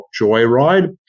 Joyride